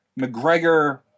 McGregor